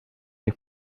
que